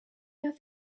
earth